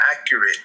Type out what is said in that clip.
accurate